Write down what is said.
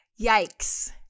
Yikes